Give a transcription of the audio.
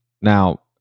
now